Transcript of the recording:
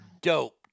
dope